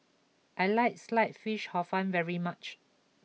I like Sliced Fish Hor Fun very much